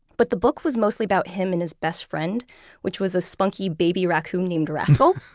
but the book was mostly about him and his best friend which was a spunky baby raccoon named rascal.